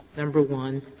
number one,